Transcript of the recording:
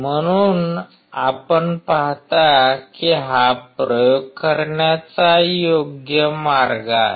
म्हणून आपण पाहता की हा प्रयोग करण्याचा योग्य मार्ग आहे